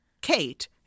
Kate